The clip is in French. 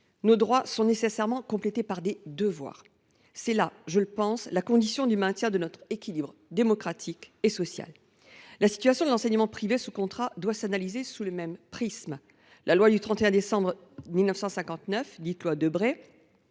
nos droits sont nécessairement complétés par des devoirs. C’est là, je le pense, la condition du maintien de notre équilibre démocratique et social. La situation de l’enseignement privé sous contrat doit s’analyser au travers du même prisme. La loi du 31 décembre 1959, dite loi Debré,